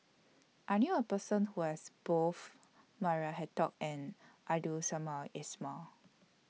I knew A Person Who has Both Maria Hertogh and Abdul Samad Ismail